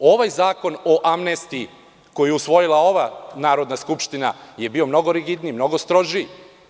Ovaj Zakon o amnestiji, koji je usvojila ova Narodna skupština, je bio mnogo rigidniji, mnogo strožiji.